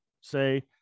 say